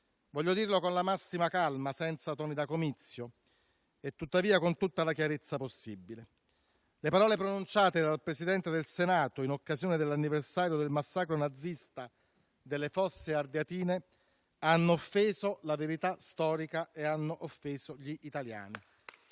Voglio dirlo con la massima calma, senza toni da comizio e, tuttavia, con tutta la chiarezza possibile. Le parole pronunciate dal Presidente del Senato in occasione dell'anniversario del massacro nazista delle Fosse ardeatine hanno offeso la verità storica e hanno offeso gli italiani,